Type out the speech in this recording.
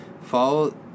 Follow